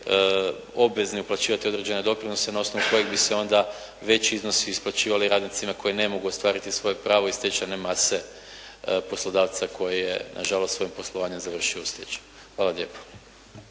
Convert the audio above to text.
obvezni uplaćivati određene doprinose na osnovi kojih bi se onda veći iznosi isplaćivali radnicima koji ne mogu ostvariti svoje pravo iz stečajne mase poslodavca koji je nažalost svojim poslovanjem završio u stečaju. Hvala lijepa.